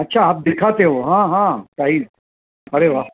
अच्छा आप दिखाते हो हं हं साईझ अरे वा